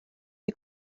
die